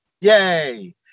yay